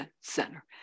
center